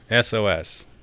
SOS